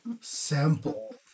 Sample